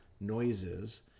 noises